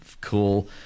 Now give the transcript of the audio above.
cool